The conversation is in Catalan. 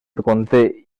conté